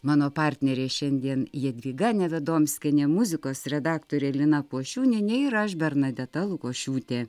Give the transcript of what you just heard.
mano partnerė šiandien jadvyga nevedomskienė muzikos redaktorė lina pošiūnienė ir aš bernadeta lukošiūtė